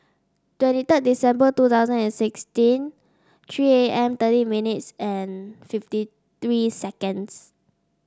twenty third December two thousand and sixteen three A M thirty minutes and fifty three seconds